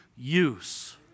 use